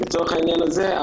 לצורך העניין הזה,